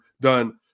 done